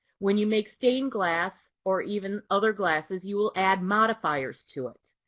when you make stained glass or even other glasses, you will add modifiers to it.